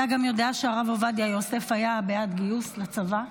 אתה גם יודע שהרב עובדיה יוסף היה בעד גיוס לצבא?